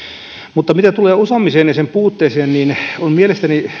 mutta mitä tulee osaamiseen ja sen puutteeseen niin on mielestäni